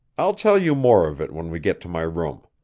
i'll tell you more of it when we get to my room.